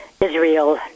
Israel